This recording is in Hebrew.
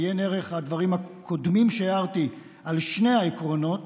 עיין ערך הדברים הקודמים שהערתי על שני העקרונות